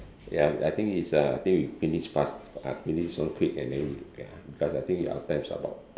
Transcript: ya I think is a I think we finish fast ah finish this one quick and then we can because I think our time's about